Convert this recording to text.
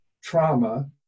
trauma